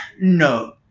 No